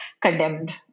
condemned